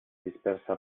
dispersa